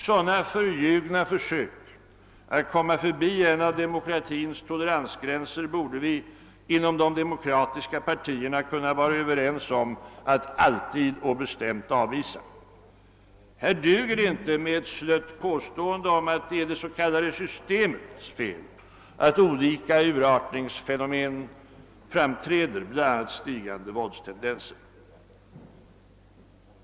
Sådana förljugna försök att komma förbi en av demokratins toleransgränser borde vi inom de demokratiska partierna kunna vara överens om att alltid och bestämt avvisa. Här duger det inte med ett slött påstående att det är det s.k. systemets fel att olika urartningsfenomen framträder, bl.a. stigande våldstendenser.